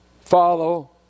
follow